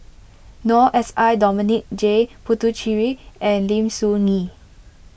Noor S I Dominic J Puthucheary and Lim Soo Ngee